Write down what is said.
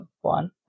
one